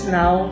now